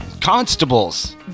Constables